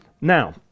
Now